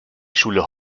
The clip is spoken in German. schule